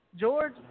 George